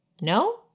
No